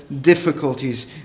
difficulties